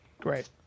Great